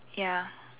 ya